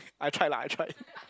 I try lah I try